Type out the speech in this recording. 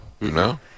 No